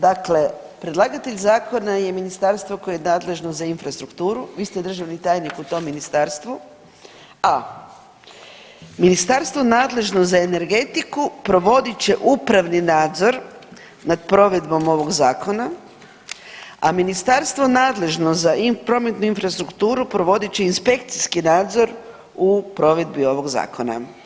Dakle predlagatelj zakona je ministarstvo koje je nadležno za infrastrukturu, vi ste državni tajnik u tom Ministarstvu, a ministarstvo nadležno za energetiku provodit će upravni nadzor nad provedbom ovog Zakona, a ministarstvo nadležno za prometnu infrastrukturu provodit će inspekcijski nadzor u provedbi ovog Zakona.